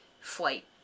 flight